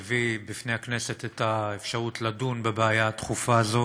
שהביא בפני הכנסת את האפשרות לדון בבעיה הדחופה הזאת,